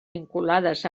vinculades